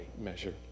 measure